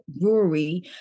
brewery